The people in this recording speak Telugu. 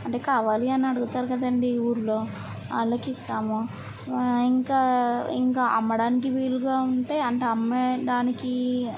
అంటే కావాలీ అని అడుగుతారు కదండీ ఊర్లో వాళ్ళకిస్తాము ఇంకా ఇంకా అమ్మడానికి వీలుగా ఉంటే అంటే అమ్మేయడానికి